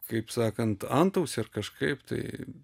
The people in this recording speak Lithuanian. kaip sakant antausį ar kažkaip tai